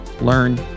learn